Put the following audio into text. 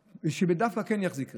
שדווקא כן יחזיק רכב.